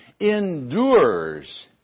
endures